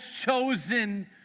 chosen